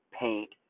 paint